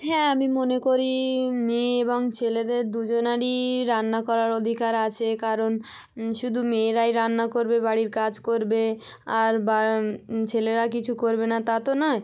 হ্যাঁ আমি মনে করি মেয়ে এবং ছেলেদের দুজনারই রান্না করার অধিকার আছে কারণ শুধু মেয়েরাই রান্না করবে বাড়ির কাজ করবে আর বা ছেলেরা কিছু করবে না তা তো নয়